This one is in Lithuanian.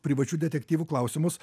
privačių detektyvų klausimus